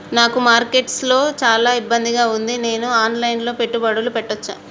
నాకు మార్కెట్స్ లో చాలా ఇబ్బందిగా ఉంది, నేను ఆన్ లైన్ లో పెట్టుబడులు పెట్టవచ్చా?